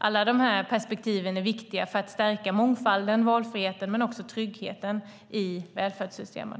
Alla dessa perspektiv är viktiga för att stärka mångfalden, valfriheten och tryggheten i välfärdssystemen.